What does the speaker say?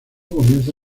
comienza